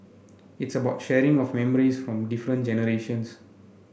it's about sharing of memories from different generations